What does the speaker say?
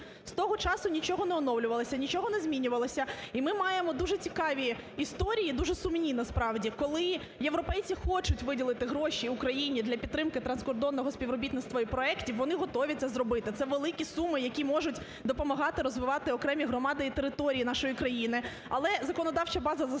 З того часу нічого не оновлювалося, нічого не змінювалося, і ми маємо дуже цікаві історії, дуже сумні, насправді, коли європейці хочуть виділити гроші Україні для підтримки транскордонного співробітництва і проектів, вони готові це зробити, це великі суми, які можуть допомагати розвивати окремі громади і території нашої країни. Але законодавча база застаріла,